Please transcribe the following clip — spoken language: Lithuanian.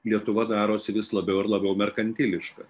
lietuva darosi vis labiau ir labiau merkantiliška